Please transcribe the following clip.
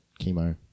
chemo